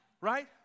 right